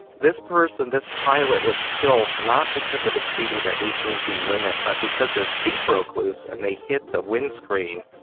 this person, this pilot was killed not because of exceeding the eighteen g limit, but because their seat broke loose and they hit the windscreen.